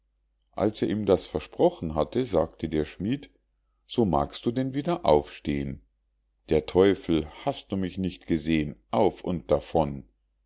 als er ihm das versprochen hatte sagte der schmied so magst du denn wieder aufstehen der teufel hast du mich nicht gesehen auf und davon